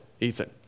Ethan